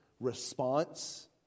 response